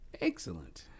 Excellent